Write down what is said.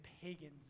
pagans